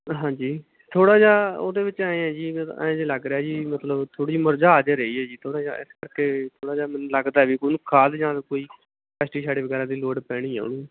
ਹਾਂਜੀ ਥੋੜ੍ਹਾ ਜਿਹਾ ਉਹਦੇ ਵਿੱਚ ਆਏਂ ਆ ਜੀ ਐਂ ਜੇ ਲੱਗ ਰਿਹਾ ਜੀ ਮਤਲਬ ਥੋੜ੍ਹੀ ਮੁਰਝਾ ਜੇ ਰਹੀ ਹੈ ਜੀ ਥੋੜ੍ਹਾ ਜਿਹਾ ਇਸ ਕਰਕੇ ਥੋੜ੍ਹਾ ਜਿਹਾ ਮੈਨੂੰ ਲੱਗਦਾ ਵੀ ਉਹਨੂੰ ਖਾਦ ਜਾਂ ਕੋਈ ਪੈਸਟੀਸਾਈਡ ਵਗੈਰਾ ਦੀ ਲੋੜ ਪੈਣੀ ਆ ਉਹਨੂੰ